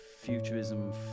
futurism